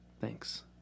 Thanks